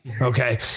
okay